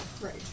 Right